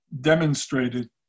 demonstrated